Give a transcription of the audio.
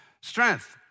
strength